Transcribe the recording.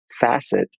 facet